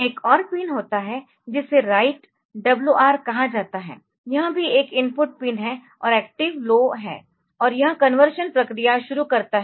एक और पिन होता है जिसे राइट WR कहा जाता है यह भी एक इनपुट पिन और एक्टिव लो है और यह कन्वर्शन प्रक्रिया शुरू करता है